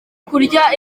kurya